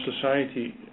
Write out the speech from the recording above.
society